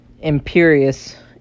imperious